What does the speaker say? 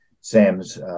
Sam's